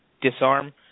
disarm